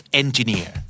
engineer